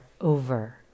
over